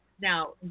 now